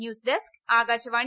news desk Akashvani